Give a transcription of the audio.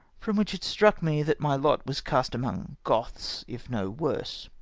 from which it struck me that my lot was cast among goths, if no worse.